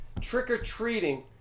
trick-or-treating